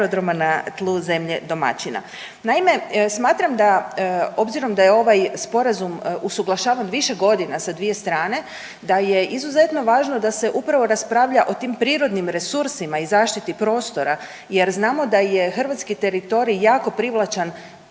na tlu zemlje domaćina. Naime, smatram da obzirom da je ovaj Sporazum usuglašavan više godina sa dvije strane, da je izuzetno važno da se upravo raspravlja o tim prirodnim resursima i zaštiti prostora jer znamo da je hrvatski teritorij jako privlačan